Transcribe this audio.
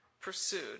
pursued